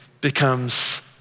becomes